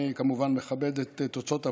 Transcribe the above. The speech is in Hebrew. אני כמובן מכבד את תוצאות הבחירות.